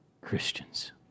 Christians